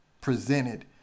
presented